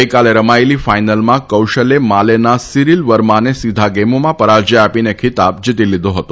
ગઈકાલે રમાયેલી ફાઈનલમાં કૌશાલે માલેના સિરિલ વર્માને સીધા ગેમોમાં પરાજય આપીને ખિતાબ જીતી લીધો હતો